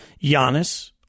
Giannis